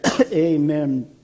Amen